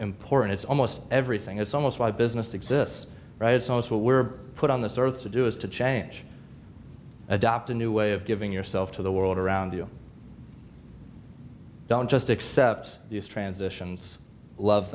important it's almost everything it's almost why business exists right it's most were put on this earth to do is to change adopt a new way of giving yourself to the world around you don't just accept these transitions love